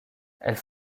elles